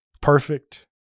Perfect